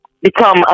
become